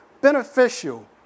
beneficial